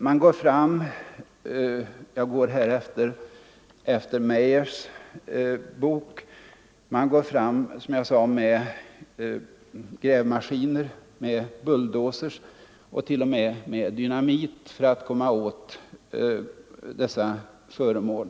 Som framgår av Meyers bok använder man grävmaskiner, bulldozers och t.o.m. dynamit för att komma åt dessa föremål.